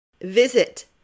Visit